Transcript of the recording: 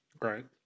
Right